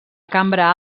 cambra